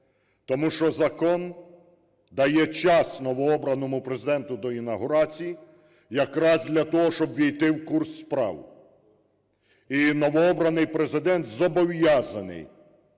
Тому що закон дає час новообраному Президенту до інавгурації якраз для того, щоб увійти в курс справ. І новобраний Президент зобов'язаний